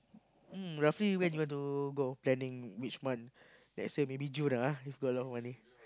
um roughly when you want to go planning which month lets say maybe June ah ah if got a lot money